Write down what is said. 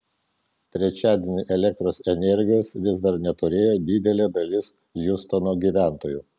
trečiadienį elektros energijos vis dar neturėjo didelė dalis hiūstono gyventojų